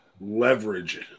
leverage